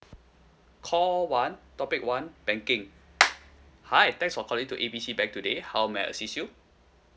call one topic one banking hi thanks for calling to A B C bank today how may I assist you